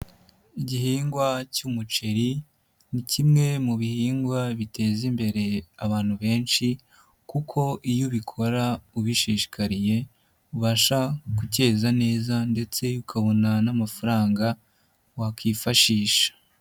Igihingwa cy'umuceri ni kimwe mu bihingwa biteza imbere abantu benshi kuko iyo ubikora ubishishikariye ubasha gucyeza neza ndetse ukabona nn'amafaranga wakwifashisha.